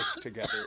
together